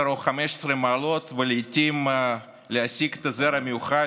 או 15 מעלות ולעיתים להשיג את הזר המיוחל